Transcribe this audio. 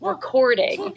Recording